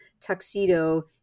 tuxedo